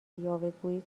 یاوهگویی